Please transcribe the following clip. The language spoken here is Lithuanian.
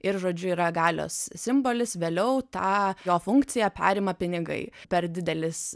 ir žodžiu yra galios simbolis vėliau tą jo funkciją perima pinigai per didelis